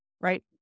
right